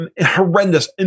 Horrendous